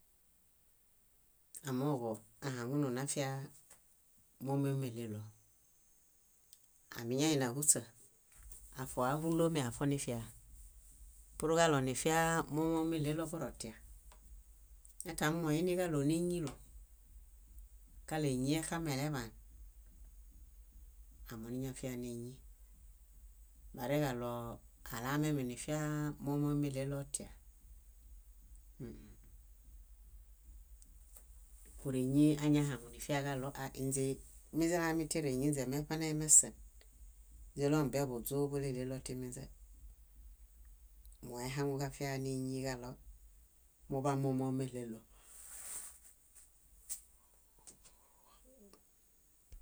. Amooġo ahaŋununafia mómomeɭelo. Ámiñainiahuśa, áfoahulomi afonifia. Purġaɭo nifia mómomeɭelo borotia, ñatami moiniġaɭo néñilom, kaɭo éñi exameleḃaan, amoniñafia néñi. Bareġaɭo alamiame nifiaa mómulemeɭelo otia, ũũ, kóreñi añahaŋunifiaġaɭo ah ínźe miźilamitere éñinźe meṗanemesen, źiɭomibiaḃuźũ búleɭelo timinźe. Móo ahaŋuġafia néñiġaɭo múḃamomomeɭelo.